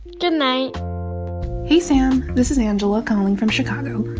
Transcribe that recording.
good night hey, sam. this is angela calling from chicago.